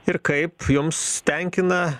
ir kaip jums tenkina